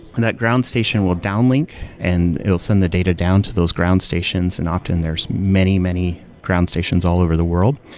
and that ground station will downlink and it'll send the data down to those ground stations. and often, there's many, many ground stations all over the world.